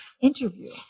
interview